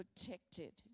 protected